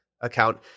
account